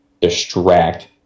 distract